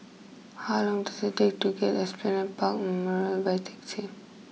how long does it take to get to Esplanade Park Memorial by taxi